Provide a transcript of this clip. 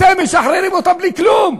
אתם משחררים אותם בלי כלום.